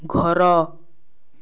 ଘର